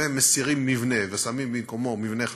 ומסירים מבנה ושמים במקומו מבנה חדש,